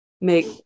make